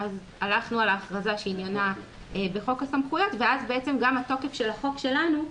הלכנו על ההכרזה שעניינה בחוק הסמכויות ואז בעצם גם התוקף של החוק שלנו,